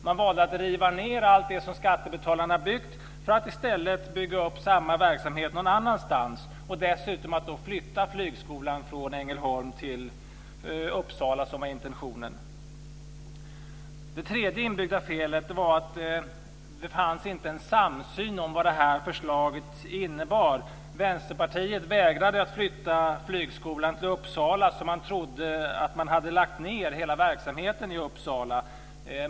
Man valde att riva ned allt det som skattebetalarna byggt för att i stället bygga upp samma verksamhet någon annanstans och dessutom flytta flygskolan från Ängelholm till Uppsala, som intentionen var. Det tredje inbyggda felet var att det inte fanns någon samsyn om vad detta förslag innebar. Vänsterpartiet vägrade att flytta flygskolan till Uppsala, då man trodde att man hade lagt ned hela verksamheten i Uppsala.